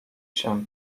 się